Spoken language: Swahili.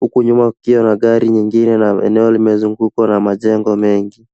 huku nyuma kukiwa na gari nyingine na eneo limezungukwa na majengo mengi.